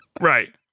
Right